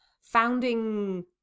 founding